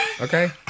Okay